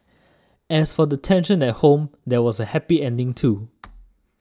as for the tension at home there was a happy ending too